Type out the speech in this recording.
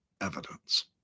evidence